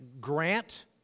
Grant